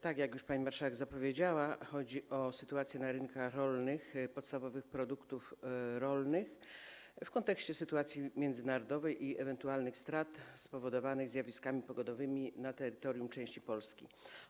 Tak jak już pani marszałek zapowiedziała, chodzi o sytuację na rynkach rolnych i ceny podstawowych produktów rolnych w kontekście sytuacji międzynarodowej i ewentualnych strat spowodowanych zjawiskami pogodowymi na terytorium części Polski.